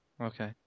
Okay